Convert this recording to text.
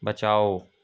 बचाओ